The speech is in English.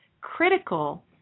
critical